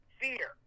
fear